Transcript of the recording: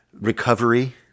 Recovery